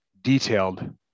detailed